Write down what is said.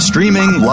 Streaming